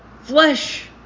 flesh